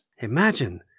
Imagine